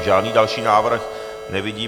Žádný další návrh nevidím.